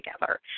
together